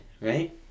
right